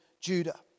Judah